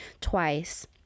twice